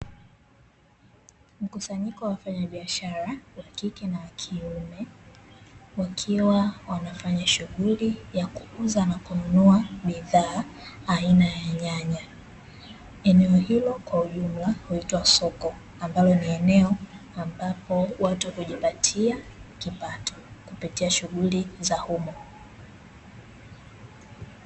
Mkusanyiko wa wafanyabiashara wa kike na kiume wakiwa wanafanya shughuli ya kukuza na kununua bidhaa aina ya nyanya. Eneo hilo kwa ujumla huitwa soko, ambalo ni eneo ambapo watu hujipatia kipato kupitia shughuli za humo .